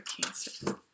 Cancer